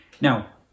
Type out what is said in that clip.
now